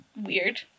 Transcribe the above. weird